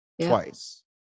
twice